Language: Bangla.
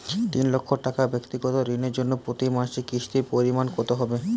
তিন লক্ষ টাকা ব্যাক্তিগত ঋণের জন্য প্রতি মাসে কিস্তির পরিমাণ কত হবে?